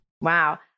Wow